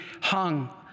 hung